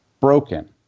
broken